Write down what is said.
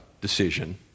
decision